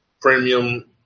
premium